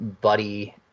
buddy